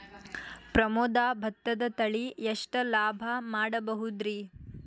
ಪ್ರಮೋದ ಭತ್ತದ ತಳಿ ಎಷ್ಟ ಲಾಭಾ ಮಾಡಬಹುದ್ರಿ?